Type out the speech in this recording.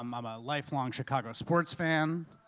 i'm um ah a lifelong chicago sports fan.